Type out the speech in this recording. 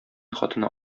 хатыны